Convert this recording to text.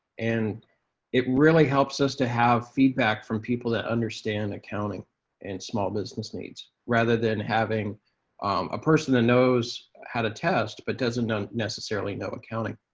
and it really helps us to have feedback from people that understand accounting and small business needs, rather than having a person that knows how to test but doesn't necessarily know accounting.